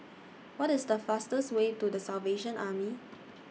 What IS The fastest Way to The Salvation Army